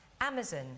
Amazon